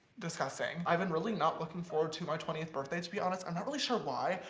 disgusting. i've been really not looking forward to my twentieth birthday to be honest. i'm not really sure why,